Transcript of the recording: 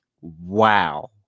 Wow